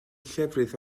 llefrith